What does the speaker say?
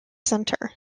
center